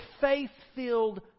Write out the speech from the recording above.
faith-filled